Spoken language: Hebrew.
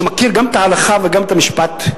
שמכיר גם את ההלכה וגם את המשפט,